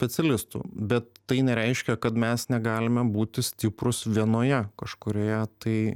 specialistų bet tai nereiškia kad mes negalime būti stiprūs vienoje kažkurioje tai